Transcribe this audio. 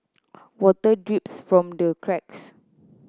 water drips from the cracks